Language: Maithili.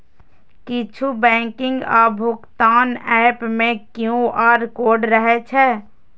किछु बैंकिंग आ भुगतान एप मे क्यू.आर कोड रहै छै